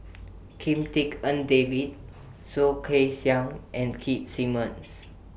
Kim Tik En David Soh Kay Siang and Keith Simmons